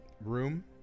room